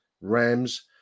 rams